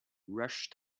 rush